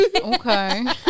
Okay